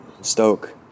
stoke